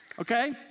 okay